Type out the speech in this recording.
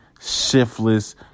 shiftless